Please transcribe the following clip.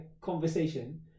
Conversation